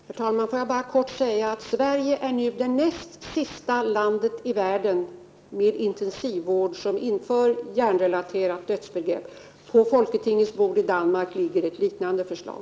Herr talman! Får jag bara säga att Sverige är det näst sista landet i världen med intensivvård som inför hjärnrelaterat dödsbegrepp. På det danska folketingets bord ligger ett liknande förslag.